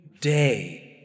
day